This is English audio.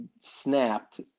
snapped